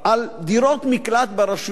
על דירות מקלט ברשויות המקומיות.